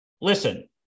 listen